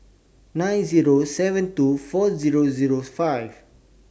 nine Zero seven two four Zero Zero five